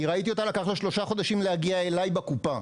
אני ראיתי אותה אחרי שלקח לה שלושה חודשים להגיע אליי בקופה.